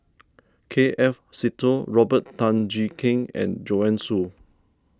K F Seetoh Robert Tan Jee Keng and Joanne Soo